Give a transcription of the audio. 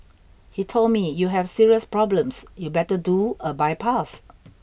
he told me you have serious problems you better do a bypass